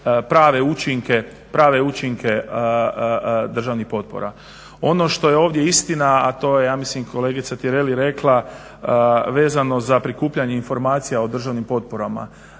prave učinke državnih potpora. Ono što je ovdje istina, a to je ja mislim kolegica Tireli rekla vezano za prikupljanje informacija o državnim potporama.